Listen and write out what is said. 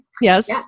Yes